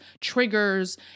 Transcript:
triggers